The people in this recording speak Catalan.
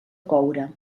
coure